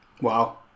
Wow